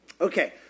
Okay